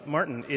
Martin